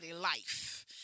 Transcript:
life